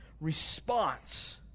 response